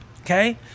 Okay